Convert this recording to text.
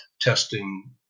testing